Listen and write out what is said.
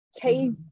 cave